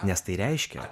nes tai reiškia